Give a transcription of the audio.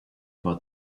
about